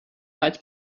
weit